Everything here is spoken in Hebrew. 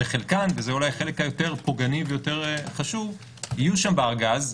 וחלקן וזה אולי החלק היותר פוגעני ויותר חשוב - יהיו שם בארגז,